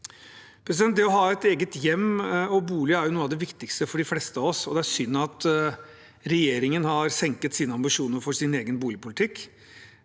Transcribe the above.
Det å ha et eget hjem, en egen bolig, er noe av det viktigste for de fleste av oss, og det er synd at regjeringen har senket sine ambisjoner for sin egen boligpolitikk.